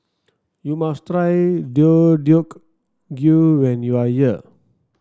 you must try Deodeok Gui when you are here